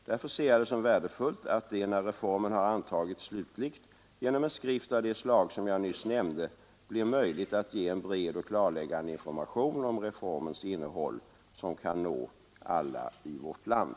Därför ser jag det som värdefullt att det, när reformen har antagits slutligt, genom en skrift av det slag som jag nyss nämnde blir möjligt att ge en bred och klarläggande information om reformens innebörd som kan nå alla i vårt land.